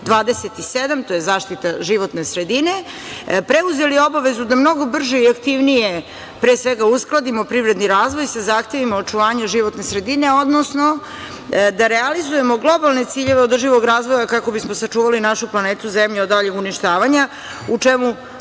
27. a to je zaštita životne sredine, preuzeli obavezu da mnogo brže i aktivnije, pre svega uskladimo privredni razvoj sa zahtevima očuvanju životne sredine, odnosno, da realizujemo globalne ciljeve održivog razvoja, kako bismo sačuvali našu planetu Zemlju, od daljeg uništavanja, u čemu